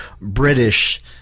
British